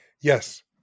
yes